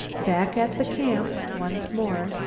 back at the camp once more,